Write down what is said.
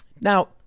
Now